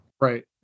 Right